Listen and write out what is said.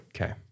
Okay